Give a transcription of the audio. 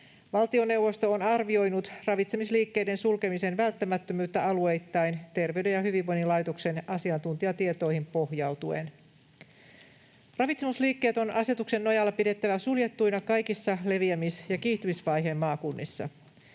Valtioneuvosto on arvioinut ravitsemisliikkeiden sulkemisen välttämättömyyttä alueittain Terveyden ja hyvinvoinnin laitoksen asiantuntijatietoihin pohjautuen. Ravitsemusliikkeet on asetuksen nojalla pidettävä suljettuina kaikissa leviämis- ja kiihtymisvaiheen maakunnissa.